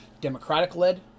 democratic-led